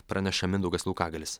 praneša mindaugas laukagalis